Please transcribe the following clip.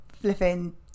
flipping